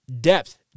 depth